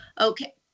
okay